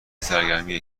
سرگرمی